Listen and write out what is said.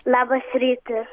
labas rytas